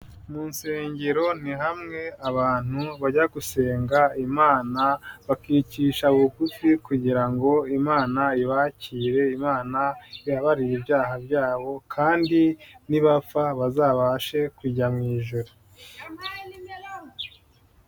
Mu nsengero ni hamwe abantu bajya gusenga imana, bakicisha bugufi kugira ngo imana ibakire imana ibabarire ibyaha byabo kandi, nibapfa bazabashe kujya mu ijuru.